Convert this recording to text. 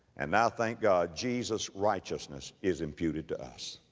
and now, thank god, jesus' righteousness is imputed to us.